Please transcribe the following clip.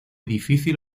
difícil